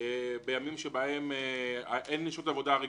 בימים שבהם אין שעות עבודה רגילות.